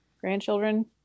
grandchildren